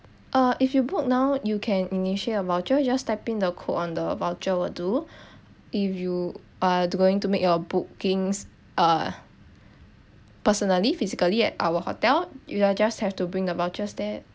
uh if you book now you can initiate your voucher just type in the code on the voucher will do if you are going to make your bookings ah personally physically at our hotel you will just have to bring the vouchers there